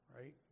Right